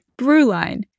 Brewline